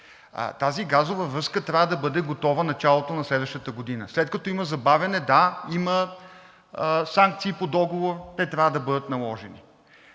Тази газова връзка трябва да бъде готова в началото на следващата година. След като има забавяне – да, има санкции по договора и те трябва да бъдат наложени.